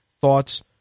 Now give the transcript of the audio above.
thoughts